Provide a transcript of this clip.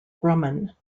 grumman